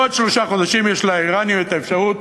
בעוד שלושה חודשים יש לאיראנים אפשרות